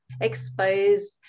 expose